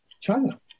China